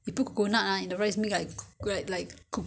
if you bake it it shoul~ I think should be alright